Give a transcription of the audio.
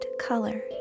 color